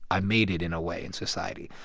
i made it, in a way, in society.